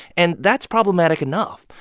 and that's problematic enough,